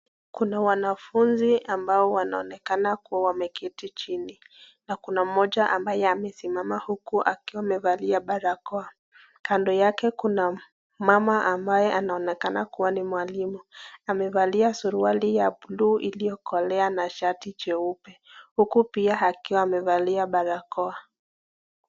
Kuna wanafunzi ambao wanaonekana kuwa wameketi chini na kuna mmoja ambaye amesimama huku akiwa amevalia barakoa. Kando yake kuna mama ambaye anaonekana kuwa ni mwalimu. Amevalia suruali ya blue iliyokolea na shati jeupe huku pia akiwa amevalia barakoa.